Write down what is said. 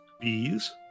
Bees